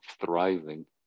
thriving